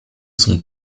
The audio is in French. son